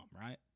right